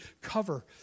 cover